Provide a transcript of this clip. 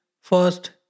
first